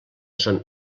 són